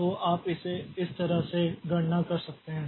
तो आप इसे इस तरह से गणना कर सकते हैं